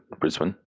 Brisbane